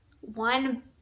one